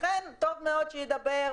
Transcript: לכן טוב מאוד שידבר.